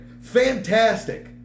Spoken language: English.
fantastic